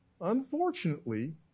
unfortunately